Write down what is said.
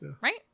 Right